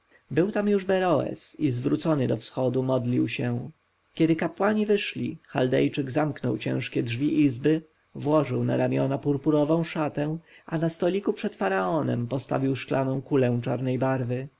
był tam już beroes i zwrócony do wschodu modlił się kiedy kapłani wyszli chaldejczyk zamknął ciężkie drzwi izby włożył na ramiona purpurową szarfę a na stoliku przed faraonem postawił szklaną kulę czarnej barwy